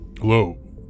Hello